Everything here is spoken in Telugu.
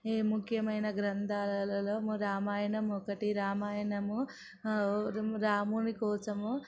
ఏ ముఖ్యమైన గ్రంథాలలలో రామాయణం ఒకటి రామాయణము రాముని కోసము